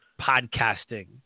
podcasting